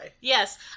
Yes